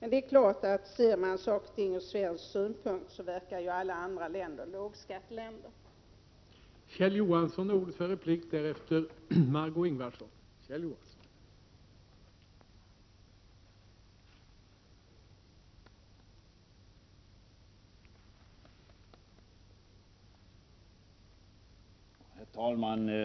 Men det är klart att om man ser saker och ting ur svensk synpunkt, så verkar alla andra länder vara lågskatteländer, men det är de faktiskt inte.